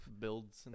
Builds